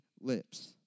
lips